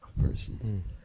persons